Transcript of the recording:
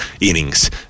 innings